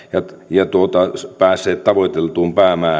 ja päässeet tavoiteltuun päämäärään yhteentoimivuus